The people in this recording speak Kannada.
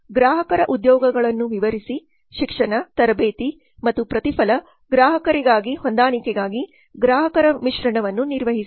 ಗ್ರಾಹಕರ ಉದ್ಯೋಗಗಳನ್ನು ವಿವರಿಸಿ ಶಿಕ್ಷಣ ತರಬೇತಿ ಮತ್ತು ಪ್ರತಿಫಲ ಗ್ರಾಹಕರಿಗೆ ಹೊಂದಾಣಿಕೆಗಾಗಿ ಗ್ರಾಹಕರ ಮಿಶ್ರಣವನ್ನು ನಿರ್ವಹಿಸಿ